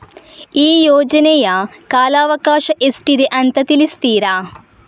ಈ ಯೋಜನೆಯ ಕಾಲವಕಾಶ ಎಷ್ಟಿದೆ ಅಂತ ತಿಳಿಸ್ತೀರಾ?